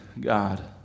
God